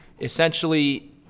essentially